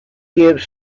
gives